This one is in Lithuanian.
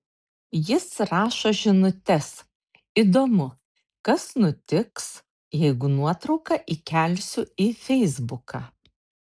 jis rašo žinutes įdomu kas nutiks jeigu nuotrauką įkelsiu į feisbuką